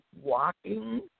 walking